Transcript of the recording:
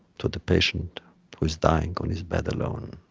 to the patient who is dying on his bed alone,